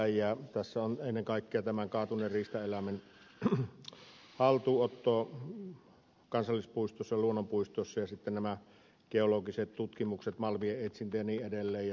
tässä on hyvää ennen kaikkea tämän kaatuneen riistaeläimen haltuunotto kansallispuistossa luonnonpuistossa ja sitten nämä geologiset tutkimukset malmien etsintä ja niin edelleen